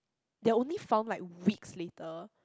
they only found like weeks later